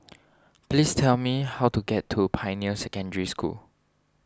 please tell me how to get to Pioneer Secondary School